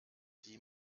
die